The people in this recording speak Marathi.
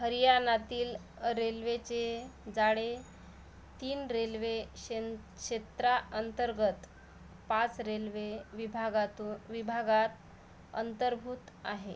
हरियाणातील रेल्वेचे जाळे तीन रेल्वे क्षें क्षेत्राअंतर्गत पाच रेल्वे विभागातू विभागात अंतर्भूत आहे